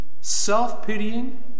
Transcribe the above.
self-pitying